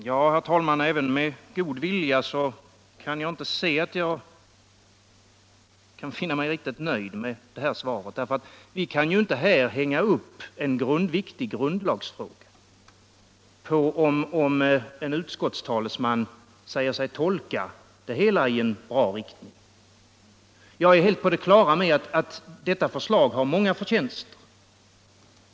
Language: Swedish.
Herr talman! Jag kan inte ens med god vilja säga att jag är nöjd med det svar som jag här har fått. Vi kan ju inte här hänga upp en viktig grundlagsfråga på om en utskottstalesman säger sig tolka en fråga i en bra riktning. Jag är helt på det klara med att detta förslag har många förtjänster.